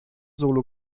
solo